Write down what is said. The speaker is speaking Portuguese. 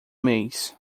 mês